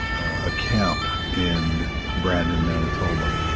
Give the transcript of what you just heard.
a camp in brandon, manitoba,